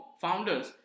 Founders